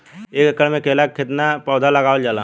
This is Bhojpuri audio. एक एकड़ में केला के कितना पौधा लगावल जाला?